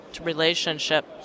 relationship